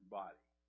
body